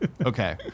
Okay